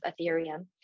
Ethereum